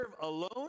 alone